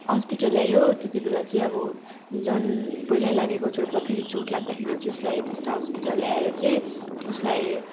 ल्यायो त्यतिबेला चाहिँ अब झन् पहिल्यै लागेको चोटमा फेरि चोट लाग्दाखेरि उसलाई टिस्टा हस्पिटल ल्याएर चाहिँ उसलाई